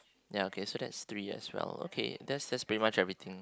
ya okay so that's three as well okay that's just pay much everything